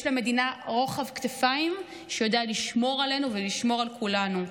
למדינה רוחב כתפיים שיודע לשמור עלינו ולשמור על כולנו.